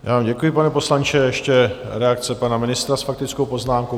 Já vám děkuji, pane poslanče, ještě reakce pana ministra s faktickou poznámkou.